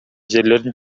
жерлердин